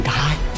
die